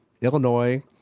Illinois